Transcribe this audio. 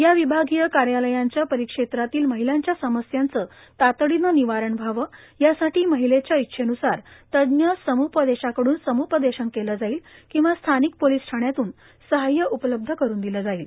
या विभागीय कार्यालयांच्या परिक्षेत्रातील महिलांच्या समस्यांचे तातडीने निवारण व्हावे यासाठी महिलेच्या इच्छेनसार तज्ज्ञ सम्पोशकाकडुन सम्पोशन केले जाईल किंवा स्थानिक पोलीस ठाण्यातून सहाय्य उपलब्ध करून पिले जाईल